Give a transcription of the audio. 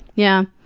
yeah.